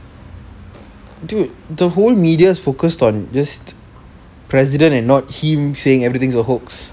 dude the whole media is focused on just president and not him saying everything's a hoax